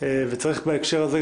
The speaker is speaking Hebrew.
בהקשר הזה,